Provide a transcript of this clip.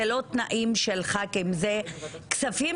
אלה לא תנאים של חברי כנסת אלא אלה כספים